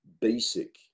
basic